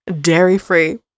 dairy-free